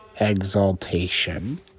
exaltation